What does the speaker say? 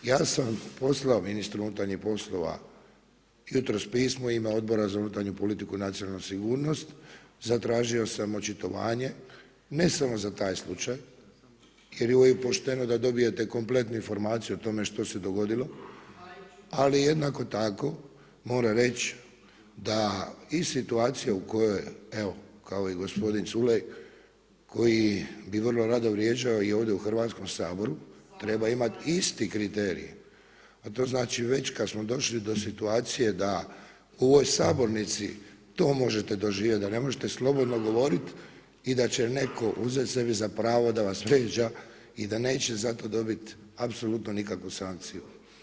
Ja sam poslao ministru unutarnjih poslova jutros pismo u ime Odbora za unutarnju politiku i nacionalnu sigurnost, zatražio sam očitovanje, ne samo za taj slučaj, jer je uvijek pošteno da dobijete kompletnu informaciju o tome što se dogodilo, ali jednako tako mora reći da i situacija u kojoj evo kao i gospodin Culej, koji bi vrlo rado vrijeđao i ovdje u Hrvatskom saboru, treba imati isti kriterij, a to znači već kad smo došli do situacije da u ovoj sabornici to možete doživjeti, da ne možete slobodno govoriti, i da će netko uzeti sebi za pravo da vas vrijeđa i da neće za to dobiti apsolutno nikakvu sankciju.